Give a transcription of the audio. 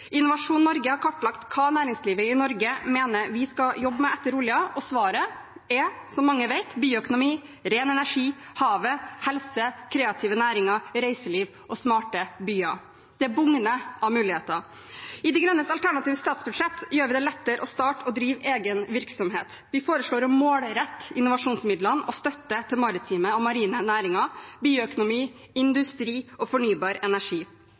Innovasjon Norge har kartlagt hva næringslivet i Norge mener vi skal jobbe med etter oljen. Svaret er, som mange vet, bioøkonomi, ren energi, havet, helse, kreative næringer, reiseliv og smarte byer. Det bugner av muligheter. I Miljøpartiet De Grønnes alternative statsbudsjett gjør vi det lettere å starte og drive egen virksomhet. Vi foreslår å målrette innovasjonsmidler og støtte til maritime og marine næringer, bioøkonomi, industri og fornybar energi.